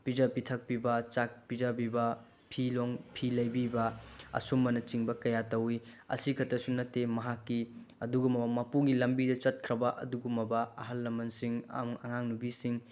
ꯄꯤꯖ ꯄꯤꯊꯛꯄꯤꯕ ꯆꯥꯛ ꯄꯤꯖꯕꯤꯕ ꯐꯤ ꯂꯣꯡ ꯐꯤ ꯂꯩꯕꯤꯕ ꯑꯁꯨꯝꯕꯅꯆꯤꯡꯕ ꯀꯌꯥ ꯇꯧꯏ ꯑꯁꯤꯈꯛꯇꯁꯨ ꯅꯠꯇꯦ ꯃꯍꯥꯛꯀꯤ ꯑꯗꯨꯒꯨꯝꯂꯕ ꯃꯄꯨꯒꯤ ꯂꯝꯕꯤꯗ ꯆꯠꯈ꯭ꯔꯕ ꯑꯗꯨꯒꯨꯝꯂꯕ ꯑꯍꯟ ꯂꯃꯟꯁꯤꯡ ꯑꯉꯥꯡꯅꯨꯄꯤꯁꯤꯡ